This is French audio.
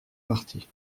partis